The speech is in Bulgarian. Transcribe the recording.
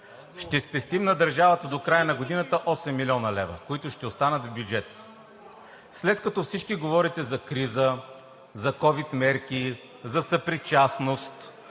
ще спестим на държавата до края на годината 8 млн. лв., които ще останат в бюджета. След като всички говорите за криза, за ковид мерки, за съпричастност,